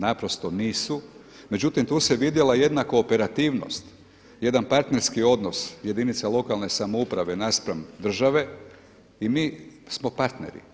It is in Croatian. Naprosto nisu, međutim, tu se vidjela jedna kooperativnost, jedan partnerski odnos jedinice lokalne samouprave naspram države i mi smo partneri.